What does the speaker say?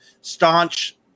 staunch